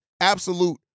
absolute